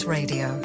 Radio